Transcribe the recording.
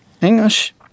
English